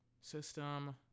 System